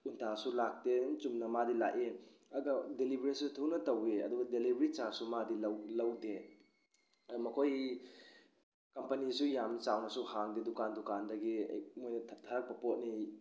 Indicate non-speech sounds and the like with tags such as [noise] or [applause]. [unintelligible] ꯂꯥꯛꯇꯦ ꯆꯨꯝꯅ ꯃꯥꯗꯤ ꯂꯥꯛꯏ ꯑꯗꯣ ꯗꯦꯂꯤꯕꯔꯤꯁꯨ ꯊꯨꯅ ꯇꯧꯕꯤ ꯑꯗꯨꯒ ꯗꯦꯂꯤꯕꯔꯤꯒꯤ ꯆꯥꯔꯖꯁꯨ ꯃꯥꯗꯤ ꯂꯧꯗꯦ ꯃꯈꯣꯏ ꯀꯝꯄꯅꯤꯁꯨ ꯌꯥꯝꯅ ꯆꯥꯎꯅꯁꯨ ꯍꯥꯡꯗꯦ ꯗꯨꯀꯥꯟ ꯗꯨꯀꯥꯟꯗꯒꯤ ꯃꯣꯏꯅ ꯊꯥꯔꯛꯄ ꯄꯣꯠꯅꯤ